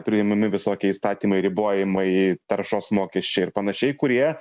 priimami visokie įstatymai ribojimai taršos mokesčiai ir panašiai kurie